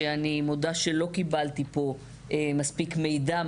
שאני מודה שלא קיבלתי פה מספיק מידע.